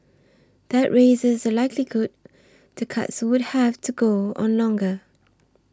that raises the likelihood the cuts would have to go on longer